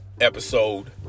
episode